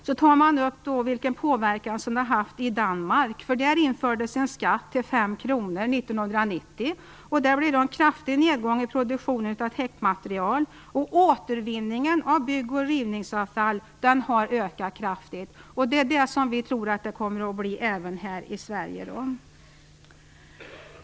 Där tar man upp vilken påverkan som detta har haft i Danmark, som införde en skatt på 5 kr 1990. Det blev då en kraftig nedgång i produktionen av täktmaterial medan återvinningen av bygg och rivningsavfall ökade kraftigt. Så tror vi att det kommer att bli även här i Sverige.